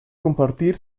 compartir